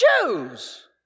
choose